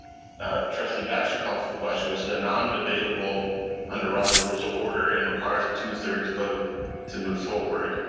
ah trustee baxter called for the question, which is a non-debatable under robert's rules of order, and requires a two-thirds vote to move forward,